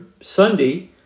Sunday